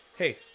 hey